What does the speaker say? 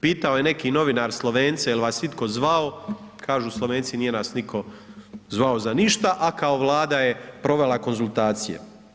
Pitao je neki novinar Slovence jel vas itko zvao, kažu Slovenci nije nas nitko zvao za ništa, a kao Vlada je provela konzultacije.